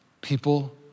people